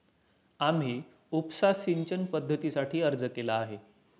आम्ही उपसा सिंचन पद्धतीसाठी अर्ज केला आहे